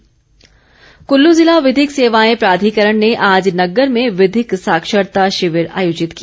विधिक शिविर कूल्लू जिला विधिक सेवाएं प्राधिकरण ने आज नग्गर में विधिक साक्षरता शिविर आयोजित किया